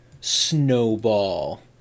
Snowball